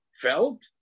felt